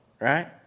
right